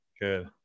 Good